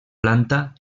planta